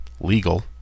legal